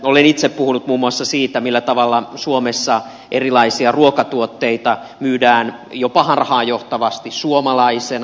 olen itse puhunut muun muassa siitä millä tavalla suomessa erilaisia ruokatuotteita myydään jopa harhaanjohtavasti suomalaisena